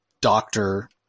doctor